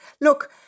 Look